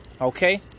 okay